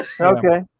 Okay